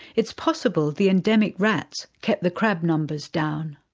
it's possible the endemic rats kept the crab numbers down.